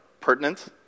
pertinent